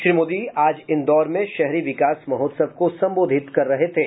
श्री मोदी आज इंदौर में शहरी विकास महोत्सव को संबोधित कर रहे थे